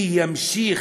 כי הוא ימשיך,